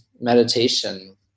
meditation